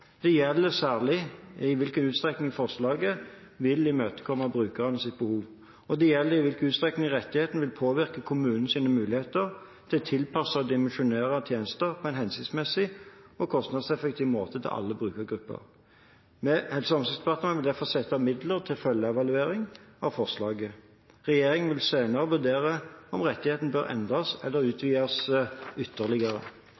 Det gjelder særlig i hvilken utstrekning forslaget vil imøtekomme brukernes behov. Det gjelder òg i hvilken utstrekning rettigheten vil påvirke kommunens muligheter til å tilpasse og dimensjonere tjenester på en hensiktsmessig og kostnadseffektiv måte til alle brukergrupper. Helse- og omsorgsdepartementet vil derfor sette av midler til en følgeevaluering av forslaget. Regjeringen vil senere vurdere om rettigheten bør endres eller